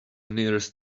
nearest